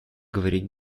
говорить